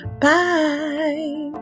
Bye